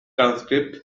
transcript